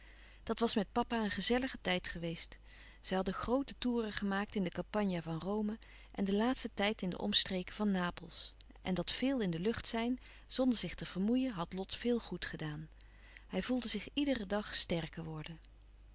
dat was met papa een gezellige tijd geweest zij hadden groote toeren gemaakt in de campagna van rome en den laatsten tijd in de omstreken van napels en dat veel in de lucht zijn zonder zich te vermoeien had lot veel goed gedaan hij voelde zich iederen dag sterker worden